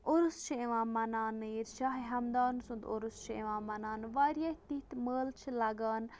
عُرُس چھ یِوان مَناونہٕ ییٚتہِ شاہِ ہَمدان سُنٛد عُرُس چھُ یِوان مَناونہٕ واریاہ تِتھۍ مٲلہٕ چھِ لَگان